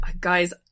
Guys